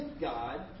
God